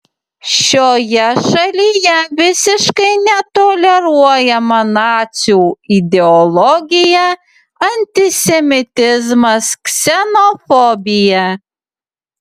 šioje šalyje visiškai netoleruojama nacių ideologija antisemitizmas ksenofobija